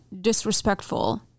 disrespectful